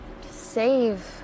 save